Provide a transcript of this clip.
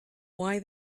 why